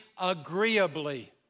agreeably